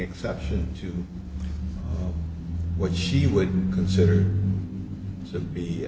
exception to what she would consider to be